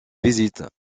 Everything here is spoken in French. visite